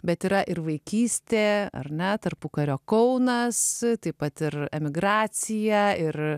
bet yra ir vaikystė ar ne tarpukario kaunas taip pat ir emigracija ir